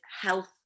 health